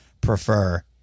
prefer